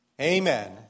Amen